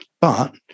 But-